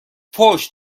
فحش